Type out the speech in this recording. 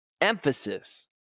emphasis